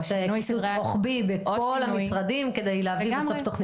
קיצוץ רוחבי בכל המשרדים כדי להביא בסוף תוכנית.